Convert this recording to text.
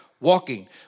walking